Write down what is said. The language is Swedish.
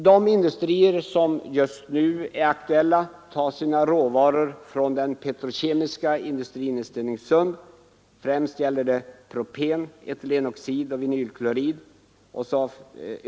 De industrier som just nu är aktuella tar sina råvaror från den petrokemiska industrin i Stenungsund. Främst gäller detta propan, etylenoxid och vinylklorid.